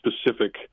specific